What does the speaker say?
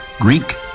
Greek